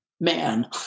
man